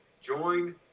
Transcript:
join